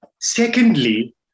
Secondly